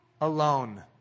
alone